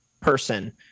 person